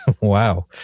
Wow